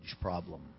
problem